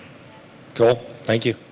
cool, thank you.